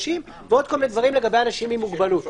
ועוד כל מיני דברים לגבי אנשים עם מוגבלות.